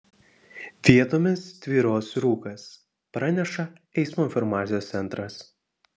vietomis tvyros rūkas praneša eismo informacijos centras